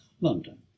London